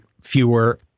fewer